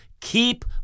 keep